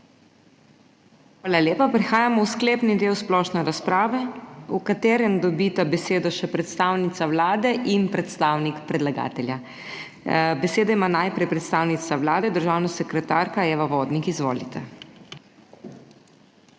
Hvala lepa. Prehajamo v sklepni del splošne razprave, v katerem dobita besedo še predstavnica Vlade in predstavnik predlagatelja. Besedo ima najprej predstavnica Vlade, državna sekretarka Eva Vodnik. Izvolite. EVA